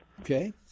Okay